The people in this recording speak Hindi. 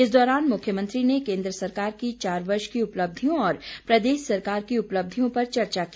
इस दौरान मुख्यमंत्री ने केन्द्र सरकार की चार वर्ष की उपलब्धियों और प्रदेश सरकार की उपलब्धियों पर चर्चा की